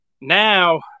Now